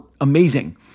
amazing